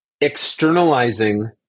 externalizing